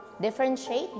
Differentiate